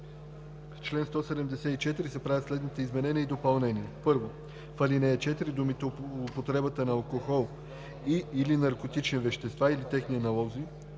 чл. 174 се правят следните изменения и допълнения: 1. В ал. 4 думите „употребата на алкохол и/или наркотични вещества или техни аналози